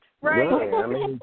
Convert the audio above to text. Right